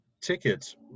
tickets